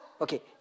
Okay